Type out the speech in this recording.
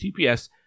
TPS